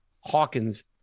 Hawkins